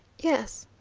yes,